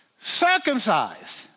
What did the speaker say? Circumcised